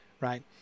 right